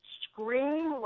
scream